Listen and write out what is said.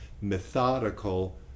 methodical